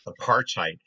apartheid